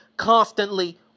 Constantly